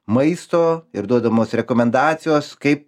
maisto ir duodamos rekomendacijos kaip